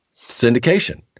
syndication